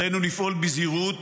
עלינו לפעול בזהירות